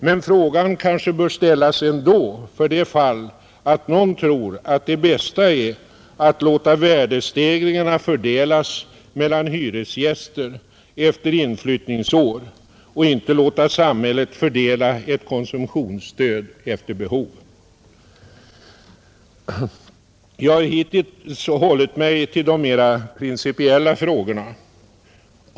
Men frågan kanske bör ställas ändå för den händelse att någon tror att det bästa är att låta värdestegringarna fördelas mellan hyresgäster efter inflyttningsår och inte låta samhället fördela ett konsumtionsstöd efter behov. Jag har hittills hållit mig till de mer principiella frågorna.